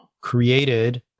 created